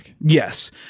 Yes